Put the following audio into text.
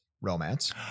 romance